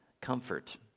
comfort